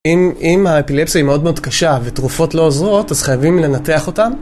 אם, אם האפילפסה היא מאוד מאוד קשה ותרופות לא עוזרות, אז חייבים לנתח אותן?